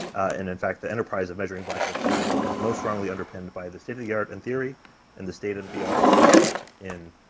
in in fact, the enterprise of measuring black hole spin is is most strongly underpinned by the state of the art in theory and the state of the art in,